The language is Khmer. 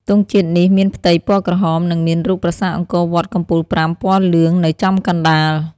ទង់ជាតិនេះមានផ្ទៃពណ៌ក្រហម និងមានរូបប្រាសាទអង្គរវត្តកំពូល ៥ ពណ៌លឿង នៅចំកណ្តាល។